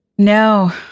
No